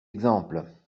exemples